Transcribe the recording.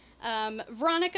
Veronica